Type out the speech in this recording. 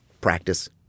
practice –